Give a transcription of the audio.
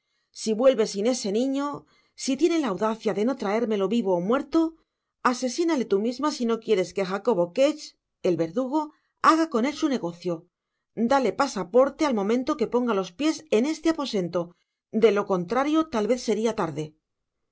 si vuelve sin ese niño si tiene la audacia de no traérmelo vivo ó muerto asesinale tu misma sino quieres que jacobo ketch el verdugo haga con él su negocio dale pasaporte al momento que ponga los piés en este aposento de lo contrario tal vez seria tarde